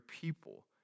people